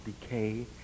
decay